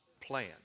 plan